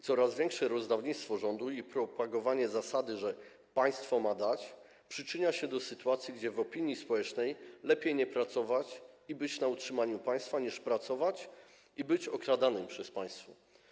Coraz większe rozdawnictwo rządu i propagowanie zasady, że państwo ma dać, przyczynia się do sytuacji, gdy w opinii społecznej lepiej nie pracować i być na utrzymaniu państwa, niż pracować i być okradanym przez państwo.